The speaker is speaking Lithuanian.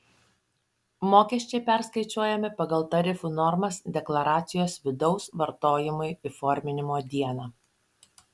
mokesčiai perskaičiuojami pagal tarifų normas deklaracijos vidaus vartojimui įforminimo dieną